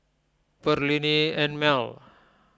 Perllini and Mel